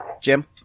Jim